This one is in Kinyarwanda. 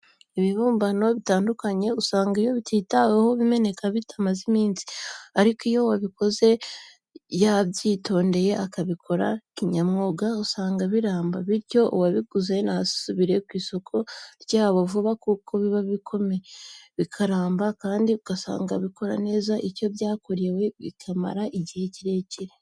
Ibibumbano bitandukanye usanga iyo bititaweho bimeneka bitamaze iminsi, ariko iyo uwabikoze yabyitondeye akabikora kinyamwuga usanga biramba, bityo uwabiguze ntasubire ku isoko ryabyo vuba kuko biba bikomeye, bikaramba kandi ugasanga bikora neza icyo byakorewe, bikamara igihe kirekire.